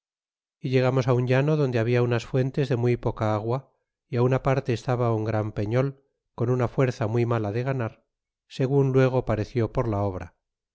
y llegamos un llano donde habla unas fuentes de muy poca agua é una parte estaba un gran peñol con una fuerza muy mala de ganar segun luego pareció por la obra